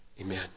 Amen